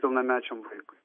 pilnamečiam vaikui